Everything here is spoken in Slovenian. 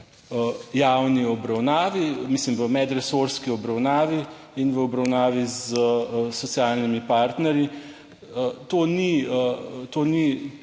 javni obravnavi, mislim, v medresorski obravnavi in v obravnavi s socialnimi partnerji to ni